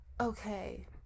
okay